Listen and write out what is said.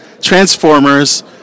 Transformers